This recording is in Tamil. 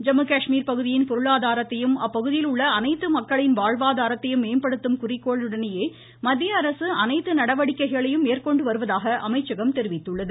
ஜம்முகாஷ்மீர் பகுதியின் பொருளாதாரத்தையும் அப்பகுதியில் உள்ள அனைத்து மக்களின் வாழ்வாதாரத்தையும் மேம்படுத்தும் குறிக்கோளுடனேயே மத்திய அரசு அனைத்து நடவடிக்கைகளையும் மேற்கொண்டு வருவதாக அமைச்சகம் தெரிவித்துள்ளது